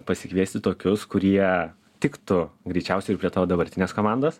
pasikviesti tokius kurie tiktų greičiausiai ir prie tavo dabartinės komandos